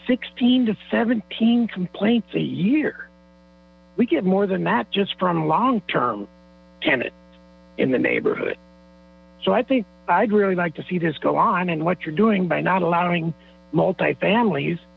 sixteen to seventeen complaints a year we get more than that just from long term in the neighborhood so i think i'd really like to see this go on and what you're doing by not allowing multiple families